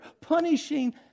punishing